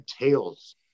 tails